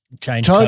Change